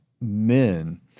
men